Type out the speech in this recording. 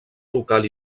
local